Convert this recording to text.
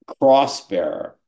crossbearer